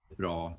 bra